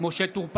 משה טור פז,